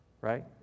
right